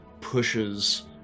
pushes